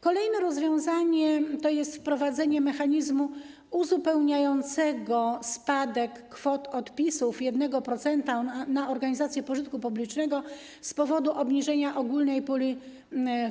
Kolejnym rozwiązaniem jest wprowadzenie mechanizmu uzupełniającego ze względu na spadek kwot odpisów 1% podatku na organizacje pożytku publicznego z powodu obniżenia ogólnej puli